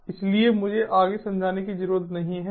इसलिए मुझे आगे समझाने की जरूरत नहीं है